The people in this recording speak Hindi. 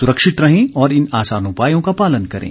सुरक्षित रहें और इन आसान उपायों का पालन करें